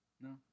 No